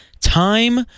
time